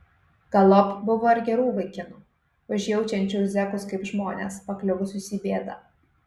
galop buvo ir gerų vaikinų užjaučiančių zekus kaip žmones pakliuvusius į bėdą